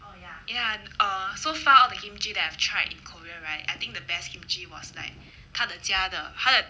ya uh so far all the kimchi that I've tried in korea right I think the best kimchi was like 他的家的他的